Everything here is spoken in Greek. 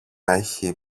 έχει